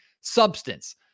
substance